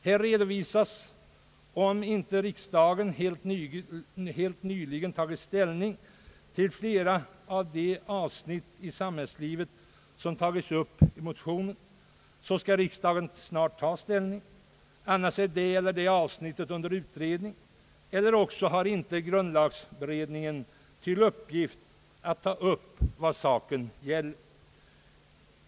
Här redovisas att om inte riksdagen helt nyligen tagit ställning till flera av de samhällsproblem som berörs i motionen så skall detta snart ske; eljest är det eller det avsnittet under utredning, eller också har inte grundlagberedningen till uppgift att behandla de frågor det gäller.